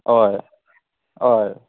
हय हय